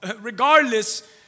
Regardless